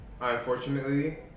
unfortunately